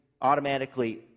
automatically